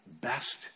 best